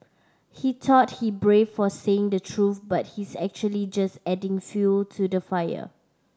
he thought he brave for saying the truth but he's actually just adding fuel to the fire